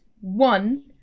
one